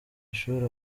ishuri